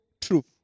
truth